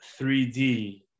3d